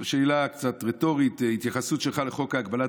שאלה קצת רטורית: ההתייחסות שלך לחוק הגבלת